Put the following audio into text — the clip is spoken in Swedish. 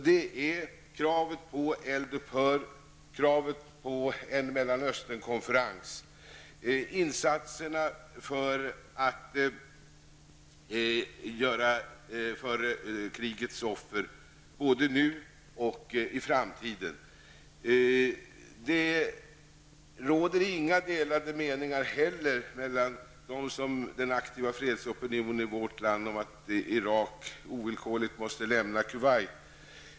Det är kravet på eldupphör, kravet på en Mellanösternkonferens och insatser för krigets offer både nu och i framtiden. Det råder inte heller delade meningar inom den aktiva fredsopinionen om att Irak ovillkorligen måste lämna Kuwait.